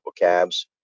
vocabs